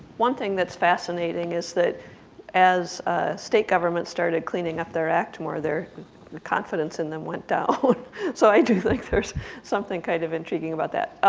one thing that's fascinating is that as state government started cleaning up their act more their confidence in them went down so i do think there's something kind of intriguing about that